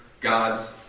God's